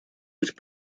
быть